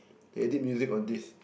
they did music on this